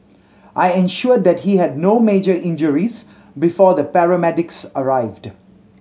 I ensured that he had no major injuries before the paramedics arrived